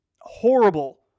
horrible